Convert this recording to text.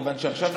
כיוון שעכשיו,